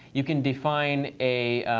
you can define a